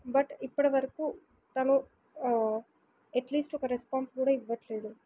but ఇప్పటివరకు తను at least ఒక రెస్పాన్స్ కూడా ఇవ్వట్లేదు